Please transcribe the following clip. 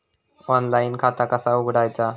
Online खाता कसा उघडायचा?